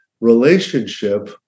relationship